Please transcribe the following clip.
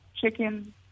chicken